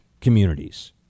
communities